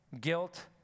guilt